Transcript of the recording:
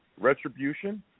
Retribution